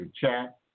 chat